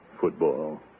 Football